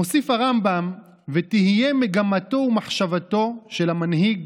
מוסיף הרמב"ם, "ותהיה מגמתו ומחשבתו" של המנהיג